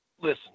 listen